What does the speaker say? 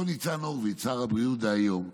אותו ניצן הורוביץ, שר הבריאות דהיום,